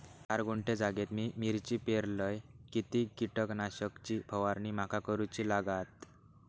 चार गुंठे जागेत मी मिरची पेरलय किती कीटक नाशक ची फवारणी माका करूची लागात?